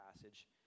passage